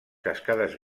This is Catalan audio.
cascades